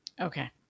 Okay